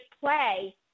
play –